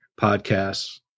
podcasts